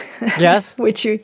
Yes